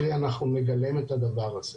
קרי אנחנו נגלם את הדבר הזה.